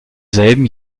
selben